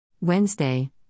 Wednesday